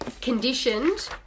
conditioned